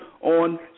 on